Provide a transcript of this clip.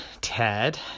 Ted